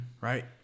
right